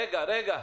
רגע, רגע.